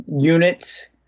units